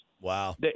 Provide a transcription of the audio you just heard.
Wow